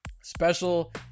Special